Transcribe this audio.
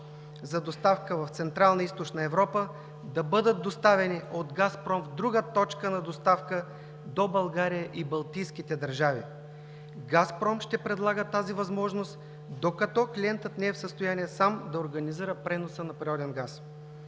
за доставка в Централна и Източна Европа, да бъдат доставени от „Газпром“ в друга точка на доставка до България и балтийските държави. „Газпром“ ще предлага тази възможност, докато клиентът не е в състояние сам да организира преноса на природен газ.